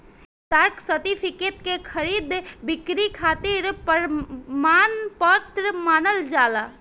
stock certificate के खरीद बिक्री खातिर प्रमाण पत्र मानल जाला